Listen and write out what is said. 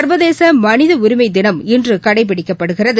சர்வதேச மனித உரிமை தினம் இன்று கடைபிடிக்கப்படுகிறது